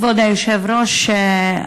כבוד היושב-ראש,